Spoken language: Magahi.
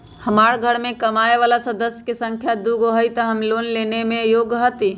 हमार घर मैं कमाए वाला सदस्य की संख्या दुगो हाई त हम लोन लेने में योग्य हती?